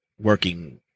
working